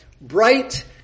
bright